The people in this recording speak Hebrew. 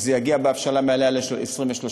זה יגיע בהבשלה מלאה ל-23%.